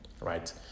right